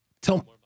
Tell